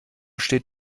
steht